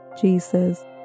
Jesus